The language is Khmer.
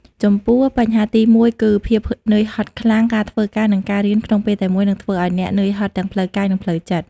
ចំពោះបញ្ហាទីមួយគឺ ភាពនឿយហត់ខ្លាំង ការធ្វើការ និងការរៀនក្នុងពេលតែមួយ នឹងធ្វើឱ្យអ្នកនឿយហត់ទាំងផ្លូវកាយ និងផ្លូវចិត្ត។